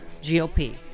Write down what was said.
GOP